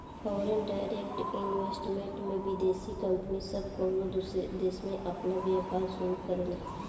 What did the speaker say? foreign direct investment में विदेशी company सब कउनो दूसर देश में आपन व्यापार शुरू करेले